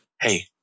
hey